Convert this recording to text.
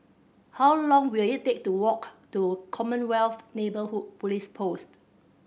how long will it take to walk to Commonwealth Neighbourhood Police Post